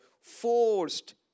forced